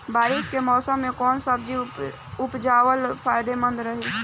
बारिश के मौषम मे कौन सब्जी उपजावल फायदेमंद रही?